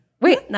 Wait